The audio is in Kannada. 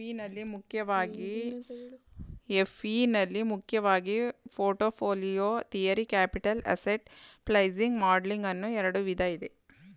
ಎಫ್.ಇ ನಲ್ಲಿ ಮುಖ್ಯವಾಗಿ portfolio theory, capital asset pricing modelling ಅನ್ನೋ ಎರಡು ವಿಧ ಇದೆ